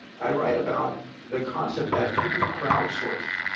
i write about the concept that you can crowdsource,